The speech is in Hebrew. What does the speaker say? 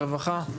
רווחה?